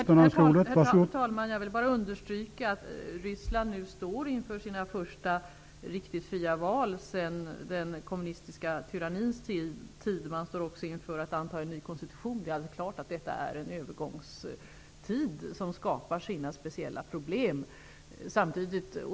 Herr talman! Jag vill bara understryka att Ryssland nu står inför sina första riktigt fria val sedan det kommunistiska tyranniets tid. Ryssland står också inför att anta en ny konstitution. Det är alldeles klart att man befinner sig i en övergångstid, som skapar sina speciella problem.